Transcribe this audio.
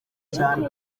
cyane